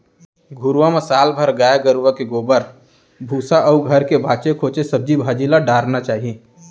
घुरूवा म साल भर गाय गरूवा के गोबर, भूसा अउ घर के बांचे खोंचे सब्जी भाजी ल डारना चाही